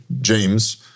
James